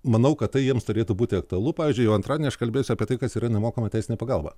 manau kad tai jiems turėtų būti aktualu pavyzdžiui jau antradienį aš kalbėsiu apie tai kas yra nemokama teisinė pagalba